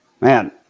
Man